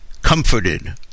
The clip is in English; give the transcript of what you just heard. Comforted